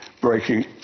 breaking